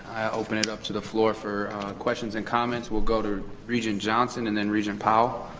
open it up to the floor for questions and comments. we'll go to regent johnson and then regent powell.